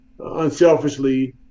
unselfishly